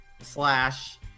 slash